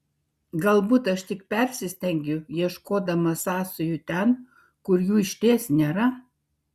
galbūt aš tik persistengiu ieškodama sąsajų ten kur jų išties nėra